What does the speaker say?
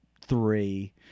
three